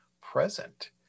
present